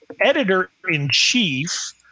editor-in-chief